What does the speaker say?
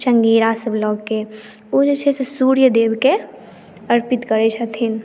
चङ्गेरासभ लऽ के ओ जे छै से सूर्यदेवके अर्पित करैत छथिन